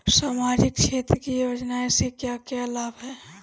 सामाजिक क्षेत्र की योजनाएं से क्या क्या लाभ है?